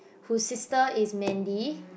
whose sister is Mandy